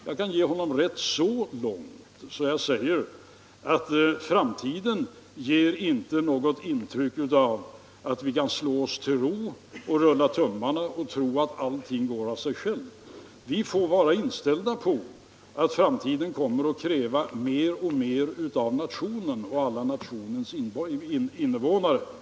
Jag kan ge honom rätt så långt att jag säger att framtiden inte ger något intryck av att vi kan slå oss till ro, rulla tummarna och tro att allting går av sig självt. Vi får vara inställda på att framtiden kommer att kräva mer och mer av nationen och dess inbyggare.